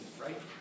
right